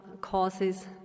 causes